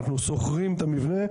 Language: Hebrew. אנחנו שוכרים את המבנה,